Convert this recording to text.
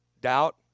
doubt